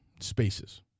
spaces